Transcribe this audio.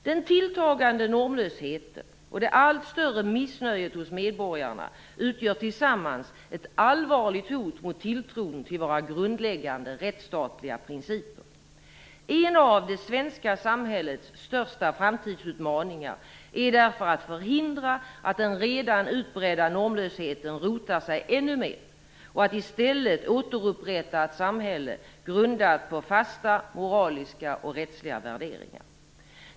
Den tilltagande normlösheten och det allt större missnöjet hos medborgarna utgör tillsammans ett allvarligt hot mot tilltron till våra grundläggande rättsstatliga principer. En av de svenska samhällets största framtidsutmaningar är därför att förhindra att den redan utbredda normlösheten rotar sig ännu mer och att i stället återupprätta ett samhälle grundat på fasta moraliska och rättsliga värderingar.